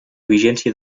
vigència